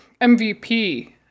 MVP